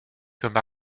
comme